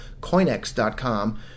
CoinEx.com